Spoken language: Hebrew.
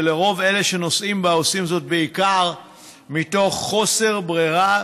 ולרוב אלה שנוסעים בה עושים זאת בעיקר מתוך חוסר ברירה,